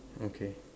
okay